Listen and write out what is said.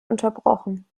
unterbrochen